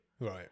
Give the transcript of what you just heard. Right